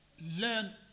Learn